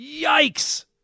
Yikes